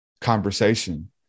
conversation